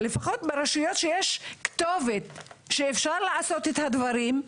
לפחות ברשויות שיש כתובת שאפשר לעשות את הדברים,